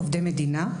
עובדי מדינה,